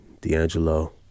d'angelo